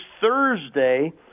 Thursday